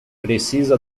precisa